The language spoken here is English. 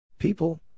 People